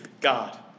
God